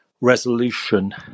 resolution